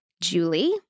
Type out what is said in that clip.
Julie